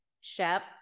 Shep